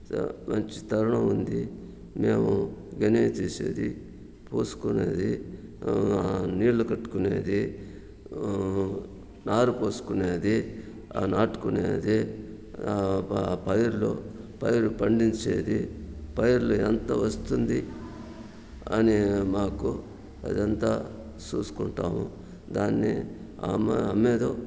మంచి తరుణం ఉంది మేము గనియ తీసేది పూసుకునేది నీళ్లు కట్టుకునేది నారు పోసుకునేది నాటుకునేది ఆ పైరులో పైరు పండించేది పైరులు ఎంత వస్తుంది అనే మాకు అదంతా చూసుకుంటాము దాన్ని ఆమె అమ్మేదో